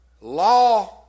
law